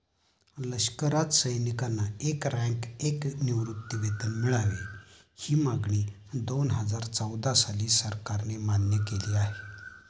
लष्करात सैनिकांना एक रँक, एक निवृत्तीवेतन मिळावे, ही मागणी दोनहजार चौदा साली सरकारने मान्य केली आहे